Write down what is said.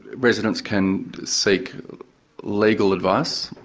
residents can seek legal advice,